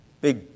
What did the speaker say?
big